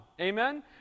Amen